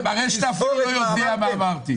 אתה מראה שאתה אפילו לא יודע מה אמרתי.